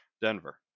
Denver